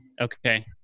okay